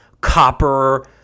copper